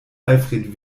alfred